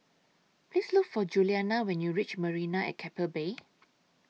Please Look For Juliana when YOU REACH Marina At Keppel Bay